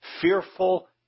fearful